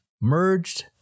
merged